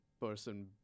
person